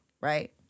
right